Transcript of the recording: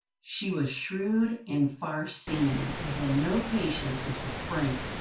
she was shrewd and far-seeing, and had no patience with the frank,